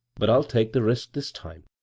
but i'll take the risk this time.